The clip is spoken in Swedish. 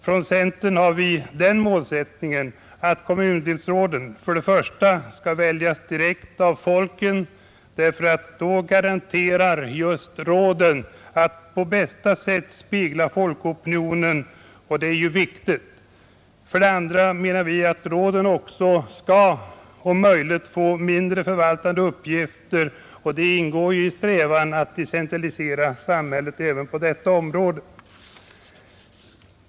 Från centern har vi den målsättningen att kommundelsråden för det första skall väljas direkt av folket — då garanteras just att råden på bästa sätt speglar folkopinionen, och det är viktigt — och för det andra att råden om möjligt också skall få mindre, förvaltande uppgifter, vilket ju ingår i en strävan att decentralisera samhället även på detta område.